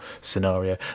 scenario